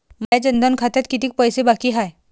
माया जनधन खात्यात कितीक पैसे बाकी हाय?